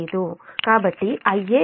కాబట్టి Ia j 0